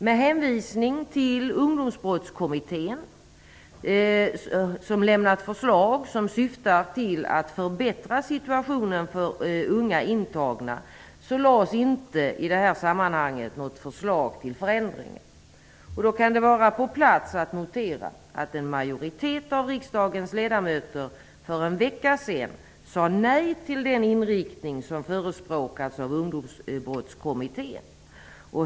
Med hänvisning till att Ungdomsbrottskommittén har lämnat förslag som syftar till att förbättra situationen för unga intagna lades det i detta sammanhang inte fram något förslag till förändringar. Det kan då vara på plats att notera att en majoritet av riksdagens ledamöter för en vecka sedan sade nej till den inriktning som hade förespråkats av Ungdomsbrottskommittén.